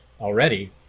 already